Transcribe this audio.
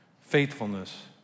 faithfulness